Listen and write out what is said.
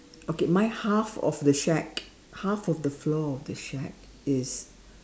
okay my half of the shack half of the floor of the shack is